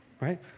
right